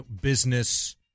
business